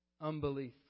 unbelief